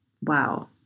wow